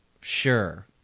Sure